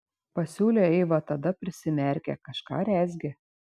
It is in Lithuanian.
pasiūlė eiva tada prisimerkė kažką rezgė